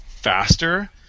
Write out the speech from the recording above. faster